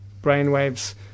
Brainwaves